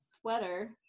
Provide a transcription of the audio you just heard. sweater